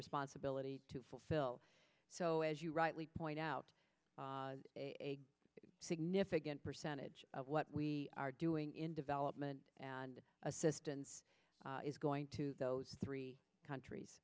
responsibility to fulfill as you rightly point out a significant percentage of what we are doing in development and assistance is going to those three countries